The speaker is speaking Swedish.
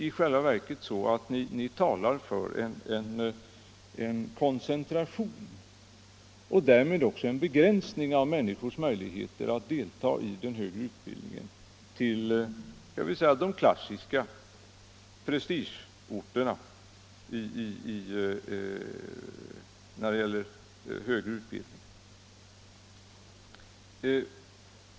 I själva verket talar ni för en koncentration — och därmed också för en begränsning — av människornas möjligheter att delta i den högre utbildningen till de klassiska prestigeorterna när det gäller högre utbildning.